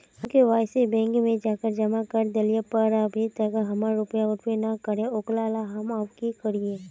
हम KYC bank में जाके जमा कर देलिए पर अभी तक हमर रुपया उठबे न करे है ओकरा ला हम अब की करिए?